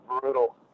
brutal